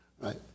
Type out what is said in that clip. right